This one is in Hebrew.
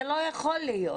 זה לא יכול להיות.